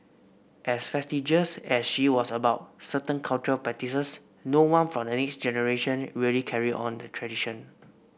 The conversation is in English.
as fastidious as she was about certain cultural practices no one from the next generation really carried on the tradition